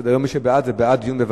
הנושא לוועדת החוקה, חוק ומשפט נתקבלה.